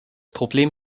problem